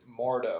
Mordo